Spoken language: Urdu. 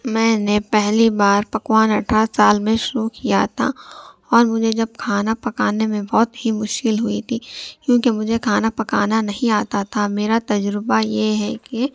میں نے پہلی بار پکوان اٹھارہ سال میں شروع کیا تھا اور مجھے جب کھانا پکانے میں بہت ہی مشکل ہوئی تھی کیوںکہ مجھے کھانا پکانا نہیں آتا تھا میرا تجربہ یہ ہے کہ